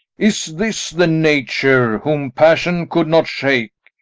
is this the nature whom passion could not shake?